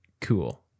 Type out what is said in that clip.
Cool